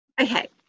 Okay